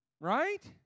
Right